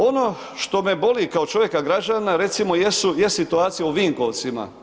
Ono što me boli kao čovjeka, građanina recimo, je situacija u Vinkovcima.